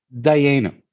Diana